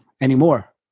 anymore